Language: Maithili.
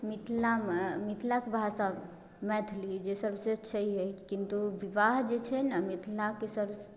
मिथिलामे मिथिलाके भाषा मैथिली जे सबसे छैहे किंतु विवाह जे छै ने मिथिलाके सबसे